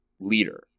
leader